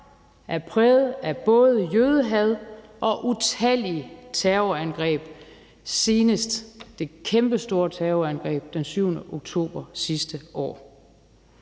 er præget af både jødehad og utallige terrorangreb, senest det kæmpestore terrorangreb den 7. oktober sidste år.